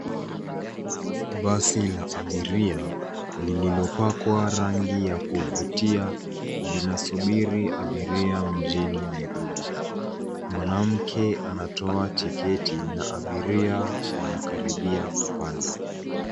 Basi la abiria lililopakwa rangi ya kuvutia linasubiri abiria mjini Nairobi. Mwanamke anatoa tiketi na abiria wanakaribia kupanda.